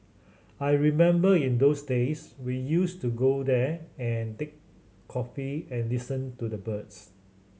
I remember in those days we used to go there and take coffee and listen to the birds